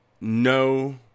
no